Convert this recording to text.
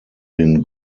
den